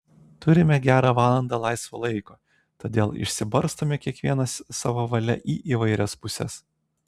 turime gerą valandą laisvo laiko todėl išsibarstome kiekvienas savo valia į įvairias puses